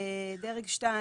דרג 2,